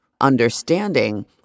understanding